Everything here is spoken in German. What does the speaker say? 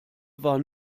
war